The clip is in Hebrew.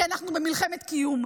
כי אנחנו במלחמת קיום.